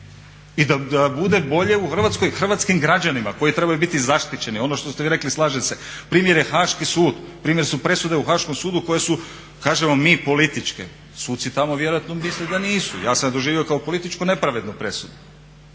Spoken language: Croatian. i da bude bolje u Hrvatskoj hrvatskim građanima koji trebaju biti zaštićeni. Ono što ste vi rekli, slažem se, primjer je Haški sud, primjer su presude u Haškom sudu koje su, kažemo mi političke, suci tamo vjerojatno misle da nisu. Ja sam je doživio kao politički nepravednu presudu